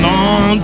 on